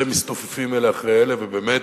והם מסתופפים אלה אחרי אלה, ובאמת,